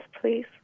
please